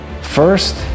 First